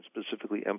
specifically